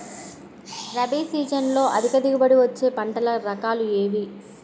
రబీ సీజన్లో అధిక దిగుబడి వచ్చే పంటల రకాలు ఏవి?